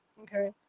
Okay